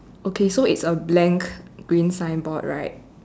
okay so it's a blank green sign board right